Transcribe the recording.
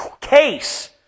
case